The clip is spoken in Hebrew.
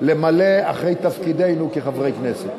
למלא אחר תפקידנו כחברי כנסת.